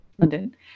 London